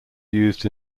used